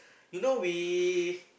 you know we